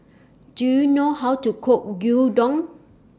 Do YOU know How to Cook Gyudon